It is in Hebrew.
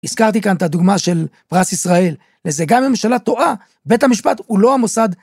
הזכרתי כאן את הדוגמה של פרס ישראל, וזה גם ממשלה טועה, בית המשפט הוא לא המוסד,